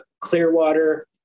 Clearwater